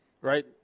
right